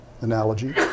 analogy